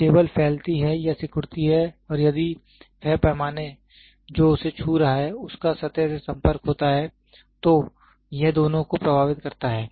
जब टेबल फैलती है या सिकुड़ती है और यदि वह पैमाना जो उसे छू रहा है उसका सतह से संपर्क होता है तो यह दोनों को प्रभावित करता है